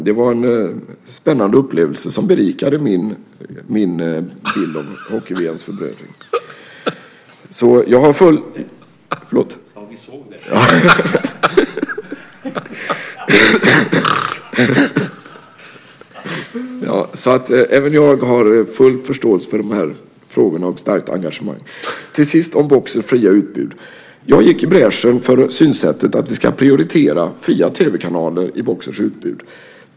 Det var en spännande upplevelse som berikade min bild av hockey-VM:s förbrödring. Även jag har alltså full förståelse för dessa frågor, liksom ett starkt engagemang. Slutligen vill jag säga något om Boxerfria utbud. Jag gick i bräschen för synsättet att vi ska prioritera fria tv-kanaler i Boxers utbud.